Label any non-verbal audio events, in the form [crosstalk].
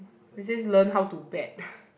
it says learn how to bet [breath]